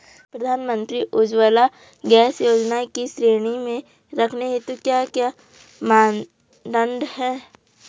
प्रधानमंत्री उज्जवला गैस योजना की श्रेणी में रखने हेतु क्या क्या मानदंड है?